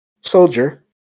soldier